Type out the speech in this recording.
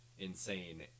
insane